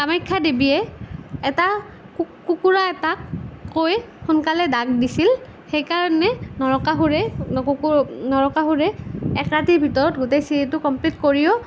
কামাখ্যা দেৱীয়ে এটা কুকুৰা এটাক কৈ সোনকালে ডাক দিছিল সেইকাৰণে নৰকাসুৰে নৰকাসুৰে এক ৰাতিৰ ভিতৰত গোটেই চিৰিটো কমপ্লিট কৰিও